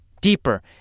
deeper